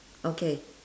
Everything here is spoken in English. okay